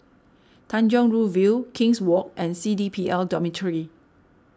Tanjong Rhu View King's Walk and C D P L Dormitory